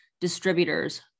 distributors